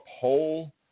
poll